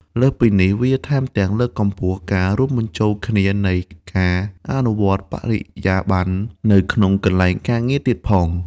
លើសពីនេះ វាថែមទាំងលើកកម្ពស់ការរួមបញ្ចូលគ្នានៃការអនុវត្តន៍បរិយាប័ន្ននៅក្នុងកន្លែងការងារទៀតផង។